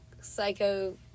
psycho